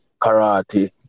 karate